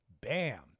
Bam